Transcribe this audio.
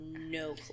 no